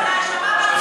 לא, זו האשמה חמורה מאוד.